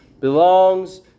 belongs